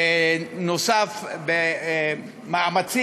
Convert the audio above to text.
פרק נוסף במאמצים,